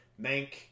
Mank